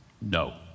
No